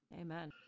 Amen